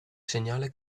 segnale